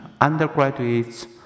undergraduates